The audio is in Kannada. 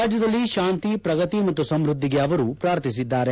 ರಾಜ್ಯದಲ್ಲಿ ಶಾಂತಿ ಪ್ರಗತಿ ಮತ್ತು ಸಮೃದ್ದಿಗೆ ಅವರು ಪ್ರಾರ್ಥಿಸಿದ್ದಾರೆ